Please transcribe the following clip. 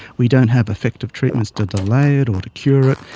we don't have effective treatments to delay it or to cure it,